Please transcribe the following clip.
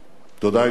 תודה, ישראל.